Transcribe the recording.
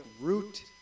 root